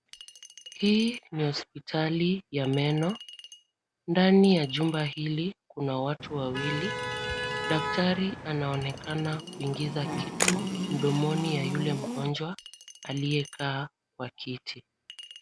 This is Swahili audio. Hii ni hospitali ya meno, ndani ya jumba hili kuna watu wawili, daktari anaonekana kuingiza kitu mdomoni ya yule mgonjwa aliyekaa kwa kiti.